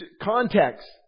Context